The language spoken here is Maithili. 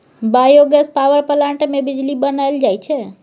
बायोगैस पावर पलांट मे बिजली बनाएल जाई छै